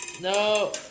No